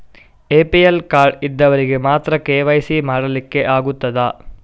APL card ಇದ್ದವರಿಗೆ ಮಾತ್ರ KYC ಮಾಡಲಿಕ್ಕೆ ಆಗುತ್ತದಾ?